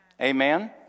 Amen